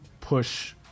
push